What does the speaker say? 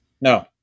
No